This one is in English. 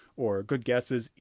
or good guesses.